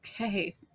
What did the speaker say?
okay